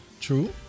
true